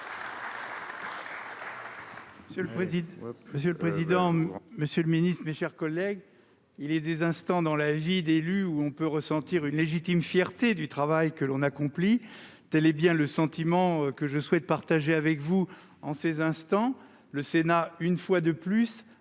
Monsieur le président, monsieur le ministre, mes chers collègues, il est des moments dans la vie d'un élu où l'on peut ressentir une légitime fierté pour le travail que l'on a accompli. Tel est bien le sentiment que je souhaite partager avec vous en cet instant. Le Sénat, une fois de plus,